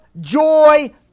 joy